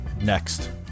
Next